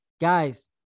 Guys